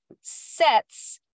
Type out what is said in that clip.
sets